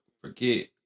forget